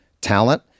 talent